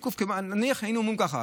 נניח שהיינו אומרים ככה: